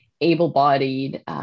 able-bodied